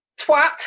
Twat